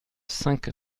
cinq